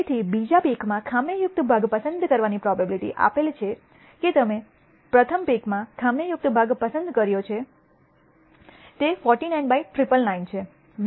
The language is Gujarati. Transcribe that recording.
તેથી બીજા પીક માં ખામીયુક્ત ભાગ પસંદ કરવાની પ્રોબેબીલીટી આપેલ છે કે તમે પ્રથમ પીક ભાગમાં ખામીયુક્ત ભાગ પસંદ કર્યો છે તે 49 બાય 999 છે